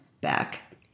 back